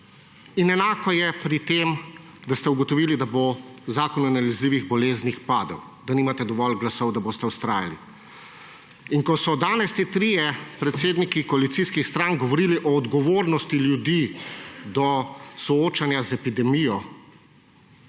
In enako je pri tem, da ste ugotovili, da bo zakon o nalezljivih boleznih padel, da nimate dovolj glasov, da boste vztrajali. Ko so danes ti trije predsedniki koalicijskih strank govorili o odgovornosti ljudi do soočanja z epidemijo,